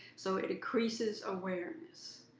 so it increases awareness.